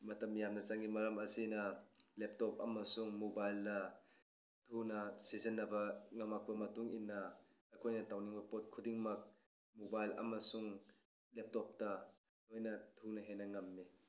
ꯃꯇꯝ ꯌꯥꯝꯅ ꯆꯪꯏ ꯃꯔꯝ ꯑꯁꯤꯅ ꯂꯦꯞꯇꯣꯞ ꯑꯃꯁꯨꯡ ꯃꯣꯕꯥꯏꯜꯗ ꯊꯨꯅ ꯁꯤꯖꯤꯟꯅꯕ ꯉꯝꯃꯛꯄ ꯃꯇꯨꯡ ꯏꯟꯅ ꯑꯩꯈꯣꯏꯅ ꯇꯧꯅꯤꯡꯕ ꯄꯣꯠ ꯈꯨꯗꯤꯡꯃꯛ ꯃꯣꯕꯥꯏꯜ ꯑꯃꯁꯨꯡ ꯂꯦꯞꯇꯣꯞꯇ ꯂꯣꯏꯅ ꯊꯨꯅ ꯍꯦꯟꯅ ꯉꯝꯃꯤ